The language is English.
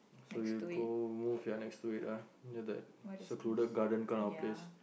so you go move your next to it ah near the secluded garden kind of place